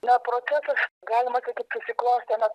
na procesas galima sakyt susiklostė nes